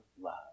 love